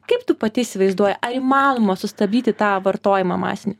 kaip tu pati įsivaizduoji ar įmanoma sustabdyti tą vartojimą masinį